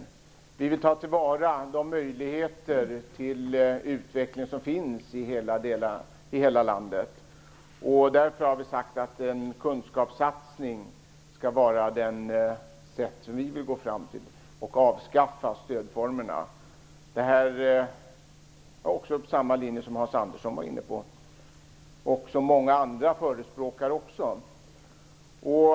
Vi tar till vara de möjligheter till utveckling som finns i hela landet. Därför har vi sagt att en kunskapssatsning skall vara det vi vill göra och avskaffa stödformerna. Det är samma linje som Hans Andersson var inne på och som många andra förespråkar.